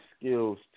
skills